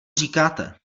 říkáte